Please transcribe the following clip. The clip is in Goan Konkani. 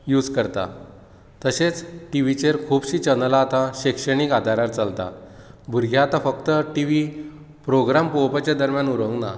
यूस करतात तशेंच टीव्हीचेर खुबशी चॅनलां आता शिक्षणीक आदारार चलतात भुरगे आतां फक्त टीव्ही प्रोग्राम पळोवपाच्या दरम्यान उरूंक ना